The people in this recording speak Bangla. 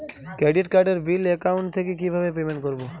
ক্রেডিট কার্ডের বিল অ্যাকাউন্ট থেকে কিভাবে পেমেন্ট করবো?